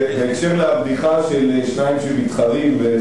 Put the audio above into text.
זה בהקשר של הבדיחה של שניים שמתחרים,